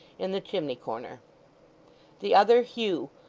in the chimney-corner the other, hugh,